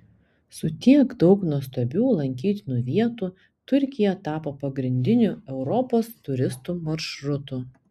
su tiek daug nuostabių lankytinų vietų turkija tapo pagrindiniu europos turistų maršrutu